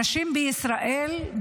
הנשים בישראל,